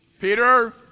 Peter